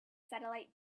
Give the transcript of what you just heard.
satellite